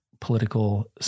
political